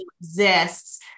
exists